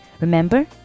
remember